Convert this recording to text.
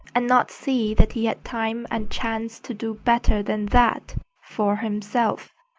and not see that he had time and chance to do better than that for himself.